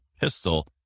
Pistol